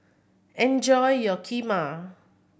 enjoy your Kheema